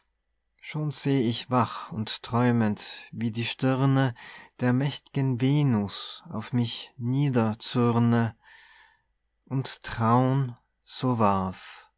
schon seh ich wach und träumend wie die stirne der mächt'gen venus auf mich niederzürne und traun so war's